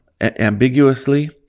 ambiguously